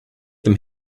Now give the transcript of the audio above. them